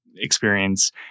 experience